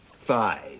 Five